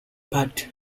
party